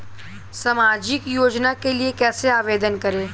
सामाजिक योजना के लिए कैसे आवेदन करें?